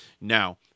Now